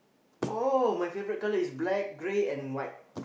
oh my favourite colour is black grey and white